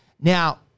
Now